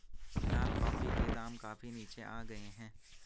फिलहाल कॉफी के दाम काफी नीचे आ गए हैं